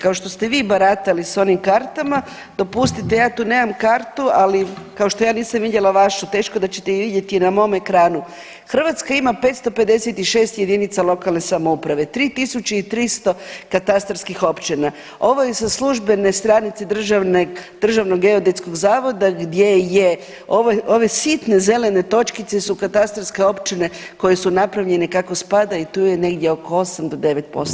Kao što ste vi baratali sa onim kartama, dopustite ja tu nemam kartu ali kao što je nisam vidjela vašu teško da ćete vi vidjeti na mom ekranu, Hrvatska ima 556 jedinica lokalne samouprave, 3.300 katastarskih općina, ovo je sa službene stranice Državnog geodetskog zavoda gdje je ove sitne zelene točkice su katastarske općine koje su napravljene kako spada i tu je negdje oko 8 do 9%